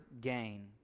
gain